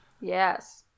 yes